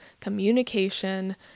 communication